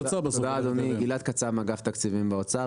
אדוני, גלעד קצב מאגף התקציבים באוצר.